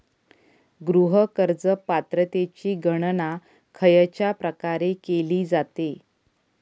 गृह कर्ज पात्रतेची गणना खयच्या प्रकारे केली जाते?